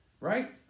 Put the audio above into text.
Right